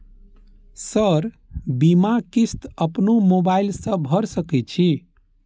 Sir बीमा किस्त अपनो मोबाईल से भर सके छी?